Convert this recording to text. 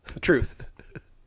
Truth